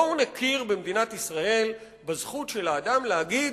בואו נכיר במדינת ישראל בזכות של האדם להגיד: